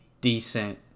decent